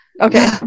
Okay